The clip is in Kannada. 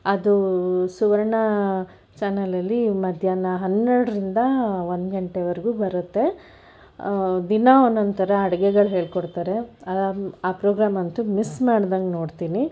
ಅದು ಸುವರ್ಣ ಚಾನಲಲ್ಲಿ ಮಧ್ಯಾಹ್ನ ಹನ್ನೆರಡರಿಂದ ಒಂದು ಗಂಟೆವರೆಗೂ ಬರುತ್ತೆ ದಿನಾ ಒಂದೊಂದು ಥರ ಅಡುಗೆಗಳು ಹೇಳ್ಕೊಡ್ತಾರೆ ಅದು ಆ ಪ್ರೋಗ್ರಾಂ ಅಂತು ಮಿಸ್ ಮಾಡ್ದಂಗೆ ನೋಡ್ತೀನಿ